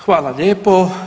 Hvala lijepo.